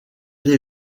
des